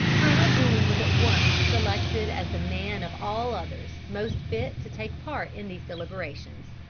colonel boone was at once selected as the man of all others most fit to take part in these deliberations.